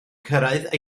cyrraedd